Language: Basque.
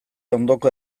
ondoko